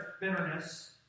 bitterness